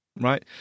Right